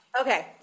Okay